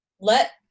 let